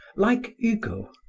like hugo,